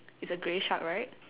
it's a grey shark right